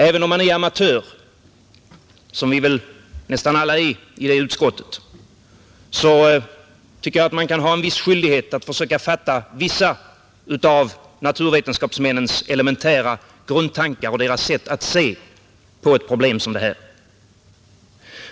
Även om man är amatör, som vi väl nästan alla är i utskottet, tycker jag man kan ha skyldighet att försöka fatta vissa av naturvetenskapsmännens elementära grundtankar och deras sätt att se på ett problem som detta.